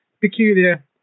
Peculiar